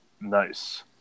Nice